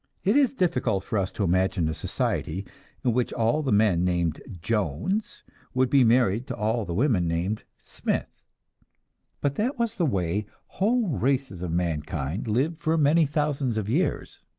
it is difficult for us to imagine a society in which all the men named jones would be married to all the women named smith but that was the way whole races of mankind lived for many thousands of years.